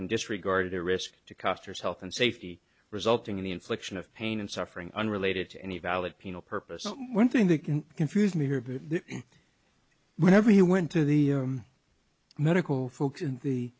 and disregarded a risk to custer's health and safety resulting in the infliction of pain and suffering unrelated to any valid penal purpose one thing they can confuse me whenever he went to the medical folks in the